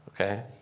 okay